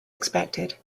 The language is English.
expected